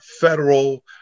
federal